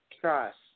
trust